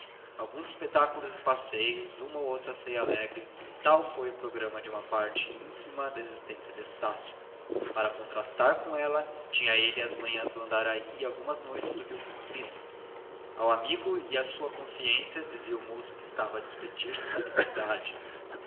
alguns espetáculos e passeios uma ou outra ceia alegre tal foi o programa de uma parte ínfima da existência de estácio para contrastar com ela tinha ele as manhãs do andaraí e algumas noites do rio comprido ao amigo e à sua consciência dizia o moço que estava a despedir-se da liberdade